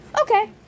Okay